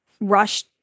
rush